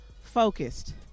focused